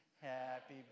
Happy